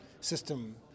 system